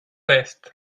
est